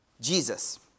Jesus